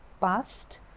past